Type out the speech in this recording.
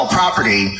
property